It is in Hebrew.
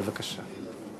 בבקשה.